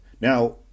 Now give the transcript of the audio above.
Now